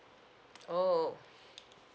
oh